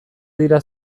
dira